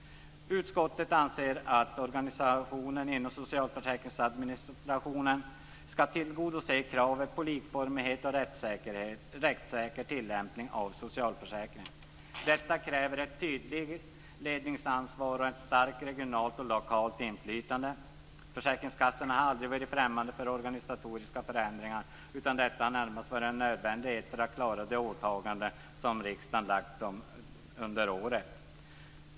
Utskottet anser att organisationen inom socialförsäkringsadministrationen skall tillgodose kravet på likformig och rättssäker tillämpning av socialförsäkringen. Detta kräver ett tydligt ledningsansvar och ett starkt regionalt och lokalt inflytande. Försäkringskassorna har aldrig varit främmande för organisatoriska förändringar, utan detta har närmast varit en nödvändighet för att klara de åtaganden som beslutats av riksdagen.